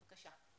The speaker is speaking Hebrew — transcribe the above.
בבקשה.